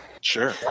Sure